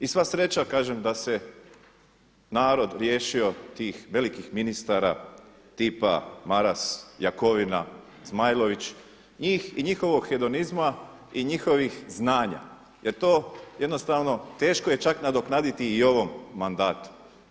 I sva sreća kažem da se narod riješio tih velikih ministara tipa Maras, Jakovina, Zmajlović njih i njihovog hedonizma i njihovih znanja jer to jednostavno teško je čak nadoknaditi i u ovom mandatu.